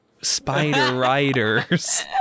Spider-Riders